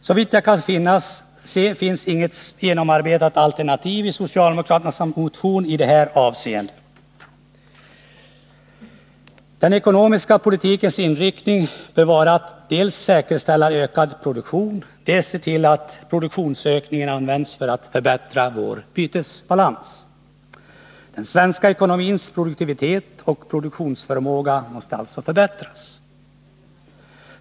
Såvitt jag kan se finns inget genomarbetat alternativ i socialdemokraternas motion i det avseendet. Den ekonomiska politikens inriktning bör vara att dels säkerställa ökad produktion, dels se till att produktionsökningen används för att förbättra vår bytesbalans. Den svenska ekonomins produktivitet och produktionsförmåga måste förbättras.